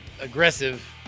aggressive